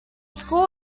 school